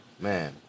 Man